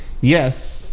Yes